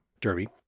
derby